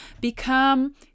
become